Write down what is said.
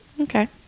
Okay